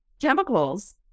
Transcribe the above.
chemicals